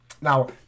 Now